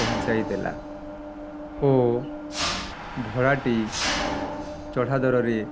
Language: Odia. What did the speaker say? ପହଞ୍ଚାଇ ଦେଲା ଓ ଭଡ଼ାଟି ଚଢ଼ା ଦରରେ